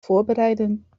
voorbereiden